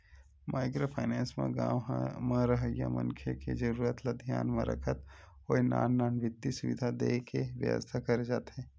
micro finance म गाँव म रहवइया मनखे के जरुरत ल धियान म रखत होय नान नान बित्तीय सुबिधा देय के बेवस्था करे जाथे